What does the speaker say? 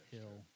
Hill